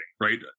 right